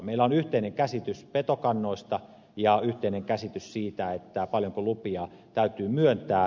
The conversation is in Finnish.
meillä on yhteinen käsitys petokannoista ja yhteinen käsitys siitä paljonko lupia täytyy myöntää